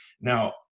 Now